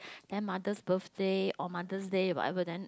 then mother's birthday or Mothers' Day whatever then